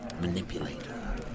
manipulator